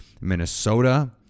Minnesota